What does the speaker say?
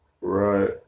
right